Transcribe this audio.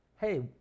hey